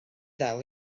ddel